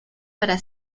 para